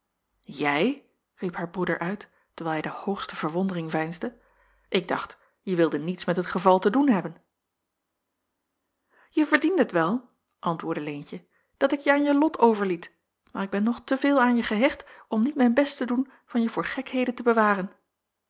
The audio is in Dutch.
jij riep haar broeder uit terwijl hij de hoogste verwondering veinsde ik dacht je wilde niets met het geval te doen hebben je verdiendet wel antwoordde leentje dat ik je aan je lot overliet maar ik ben nog te veel aan je gehecht om niet mijn best te doen van je voor gekheden te bewaren